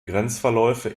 grenzverläufe